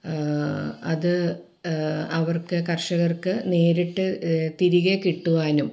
അത് അവർക്ക് കർഷകർക്ക് നേരിട്ട് തിരികെ കിട്ടുവാനും